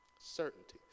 Certainty